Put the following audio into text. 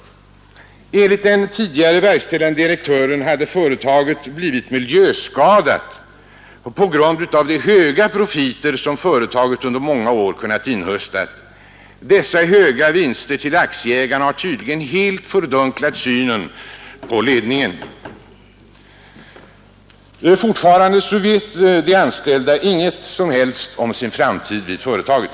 Enligt den tidigare verkställande direktören hade företaget blivit miljöskadat på grund av de höga profiter som företaget under många år kunnat inhösta. Dessa höga vinster till aktieägarna har tydligen helt fördunklat synen på ledningen. Fortfarande vet de anställda inget som helst om sin framtid vid företaget.